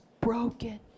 broken